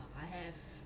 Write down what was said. I have